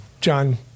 John